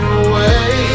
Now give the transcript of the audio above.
away